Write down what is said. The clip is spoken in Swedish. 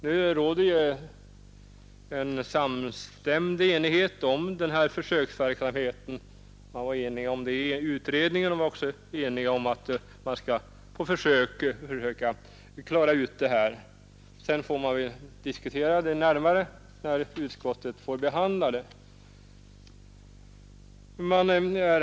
Nu råder full enighet om försöksverksamheten — även inom utredningen var man överens om att försöka klara ut saken. Sedan får man diskutera det hela närmare vid utskottets behandling av frågan.